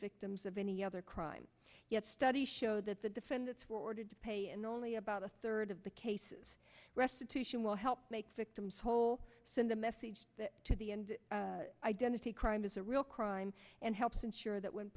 victims of any other crime yet studies show that the defendants were ordered to pay and only about a third of the cases restitution will help make victims whole send a message to the end identity crime is real crime and helps ensure that when